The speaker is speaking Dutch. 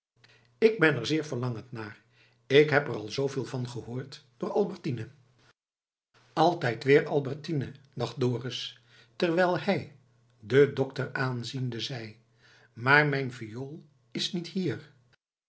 k ben er zeer verlangend naar k heb er al zooveel van gehoord door albertine altijd weer albertine dacht dorus terwijl hij den dokter aanziende zei maar mijn viool is niet hier